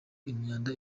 imyanda